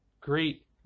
great